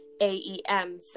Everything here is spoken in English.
A-E-M